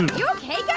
you ok, guy